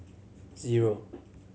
zero